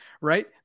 right